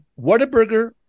Whataburger